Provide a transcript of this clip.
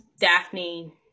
Daphne